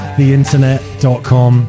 theinternet.com